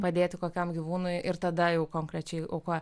padėti kokiam gyvūnui ir tada jau konkrečiai o kuo